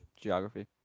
Geography